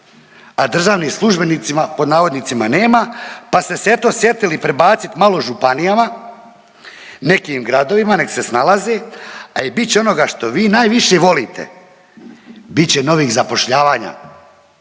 a državni službenicima, pod navodnicima nema, pa ste se, eto, sjetili prebaciti malo županijama, nekim gradovima, nek se snalaze, a i bit će onoga što vi najviše volite, bit će novih zapošljavanja